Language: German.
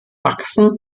wachsen